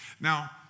Now